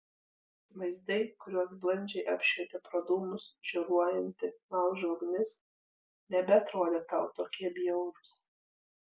vaizdai kuriuos blandžiai apšvietė pro dūmus žioruojanti laužo ugnis nebeatrodė tau tokie bjaurūs